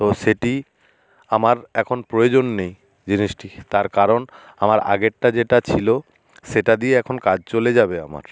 তো সেটি আমার এখন প্রয়োজন নেই জিনিসটি তার কারণ আমার আগেরটা যেটা ছিল সেটা দিয়ে এখন কাজ চলে যাবে আমার